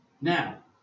Now